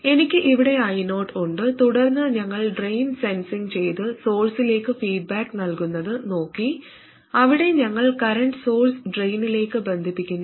എനിക്ക് ഇവിടെ I0 ഉണ്ട് തുടർന്ന് ഞങ്ങൾ ഡ്രെയിൻ സെൻസിംഗ് ചെയ്ത് സോഴ്സിലേക്ക് ഫീഡ്ബാക്ക് നൽകുന്നത് നോക്കി അവിടെ ഞങ്ങൾ കറന്റ് സോഴ്സ് ഡ്രെയിനിലേക്ക് ബന്ധിപ്പിക്കുന്നു